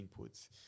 inputs